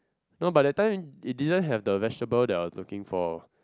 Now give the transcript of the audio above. no but that time they didn't have the vegetable that I'm looking for